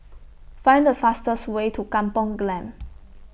Find The fastest Way to Kampung Glam